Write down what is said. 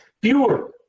pure